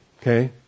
okay